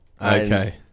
Okay